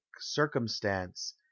circumstance